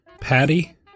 Patty